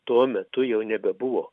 tuo metu jau nebebuvo